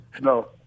No